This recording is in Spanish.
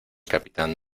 capitán